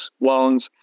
loans